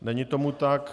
Není tomu tak.